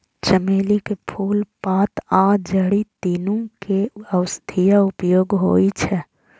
चमेली के फूल, पात आ जड़ि, तीनू के औषधीय उपयोग होइ छै